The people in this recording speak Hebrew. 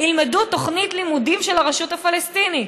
תוכנית לימודים של הרשות הפלסטינית?